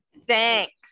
Thanks